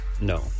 No